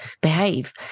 behave